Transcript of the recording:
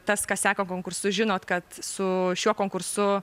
tas kas seka konkursus žinot kad su šiuo konkursu